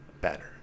better